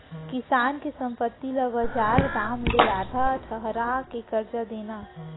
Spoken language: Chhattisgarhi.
किसान के संपत्ति ल बजार दाम ले आधा ठहरा के करजा देना